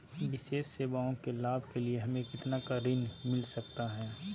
विशेष सेवाओं के लाभ के लिए हमें कितना का ऋण मिलता सकता है?